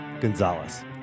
Gonzalez